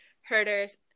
herders